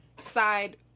side